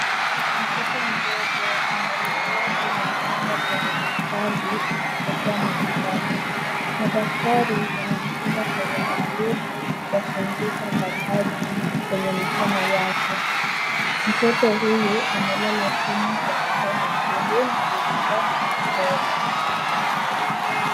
Mtoto mdogo, amelala kwenye kitanda cha hospitali akipokea matibabu, madaktari yanamtunza kwa uangalivu kwa kufunga bandaji kwenye mkono yake, mtoto huyu amelala jini ya shuka nyekundu na lililo na michoro.